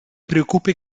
preocupe